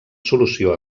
solució